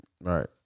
Right